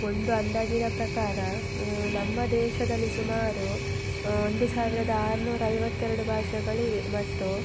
ಒಂದು ಅಂದಾಜಿನ ಪ್ರಕಾರ ನಮ್ಮ ದೇಶದಲ್ಲಿ ಸುಮಾರು ಒಂದು ಸಾವಿರದ ಆರುನೂರ ಐವತ್ತೆರಡು ಭಾಷೆಗಳಿವೆ ಮತ್ತು